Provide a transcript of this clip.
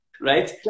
right